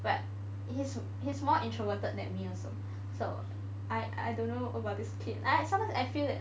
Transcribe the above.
but he's he's more introverted than me also so I I don't know about this kid like sometimes I feel that